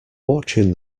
watching